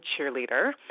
cheerleader